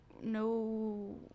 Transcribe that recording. no